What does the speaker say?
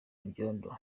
ibyondo